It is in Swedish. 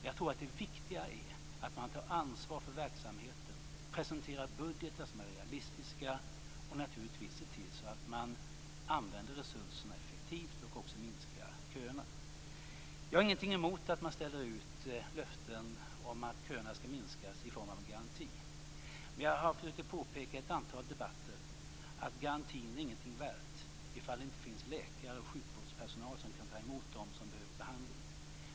Jag tror att det viktiga är att man tar ansvar för verksamheten, presenterar budgetar som är realistiska och naturligtvis att man ser till att använda resurserna effektivt och att också minska köerna. Jag har ingenting emot att man ställer ut löften om att köerna skall minskas i form av en garanti. Men jag har i ett antal debatter försökt påpeka att garantin ingenting är värd ifall det inte finns läkare och annan sjukvårdspersonal som kan ta emot dem som behöver behandling.